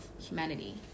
humanity